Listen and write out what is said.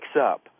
up